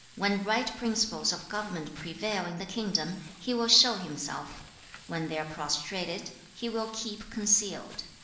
when right principles of government prevail in the kingdom, he will show himself when they are prostrated, he will keep concealed.